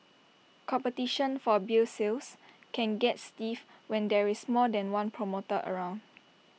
competition for beer sales can get stiff when there is more than one promoter around